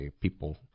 People